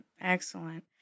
Excellent